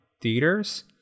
theaters